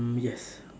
yes